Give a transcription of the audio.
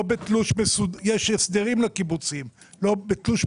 יש הסדרים לקיבוצים, בתלוש פנימי.